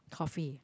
coffee